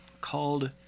called